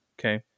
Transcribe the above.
okay